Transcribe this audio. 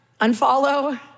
unfollow